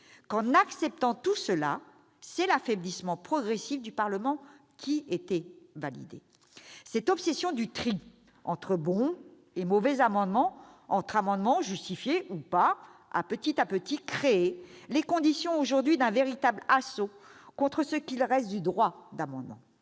tel ou tel sujet -, c'est l'affaiblissement progressif du Parlement qui était validé ? Cette obsession du tri entre bons et mauvais amendements, entre amendements justifiés ou pas, a peu à peu créé les conditions aujourd'hui d'un véritable assaut contre ce qu'il reste du droit d'amendement.